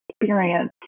experience